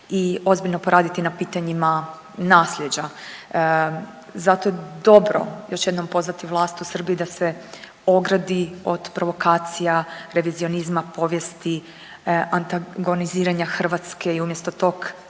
i ozbiljno poraditi na pitanjima nasljeđa. Zato je dobro još jednom pozvati vlast u Srbiji da se ogradi od provokacija revizionizma povijesti, antagoniziranja Hrvatske i umjesto tog